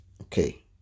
Okay